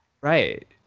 right